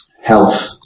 health